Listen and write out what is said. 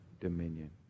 dominion